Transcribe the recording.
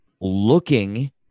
looking